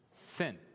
Sin